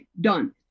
done